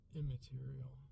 immaterial